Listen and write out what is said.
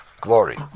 glory